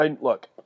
Look